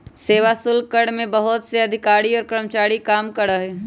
सेवा शुल्क कर में बहुत से अधिकारी और कर्मचारी काम करा हई